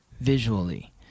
visually